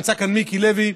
נמצא כאן מיקי לוי,